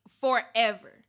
forever